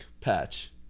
patch